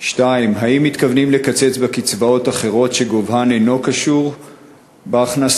2. האם מתכוונים לקצץ בקצבאות אחרות שגובהן אינו קשור בהכנסה?